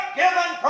given